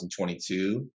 2022